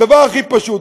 הדבר הכי פשוט,